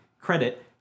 credit